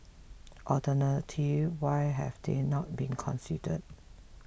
alternative why have they not been considered